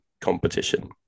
competition